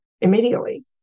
immediately